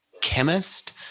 chemist